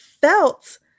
felt